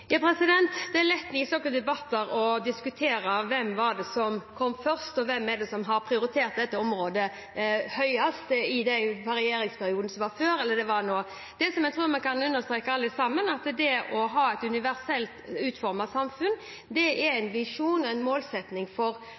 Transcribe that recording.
Det er lett i sånne debatter å diskutere hvem det var som kom først, og hvem det er som har prioritert dette området høyest. Er det de i den forrige regjeringsperioden, eller er det de i den nåværende? Det jeg tror vi kan understreke alle sammen, er at det å ha et universelt utformet samfunn er en visjon og en målsetting for